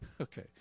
okay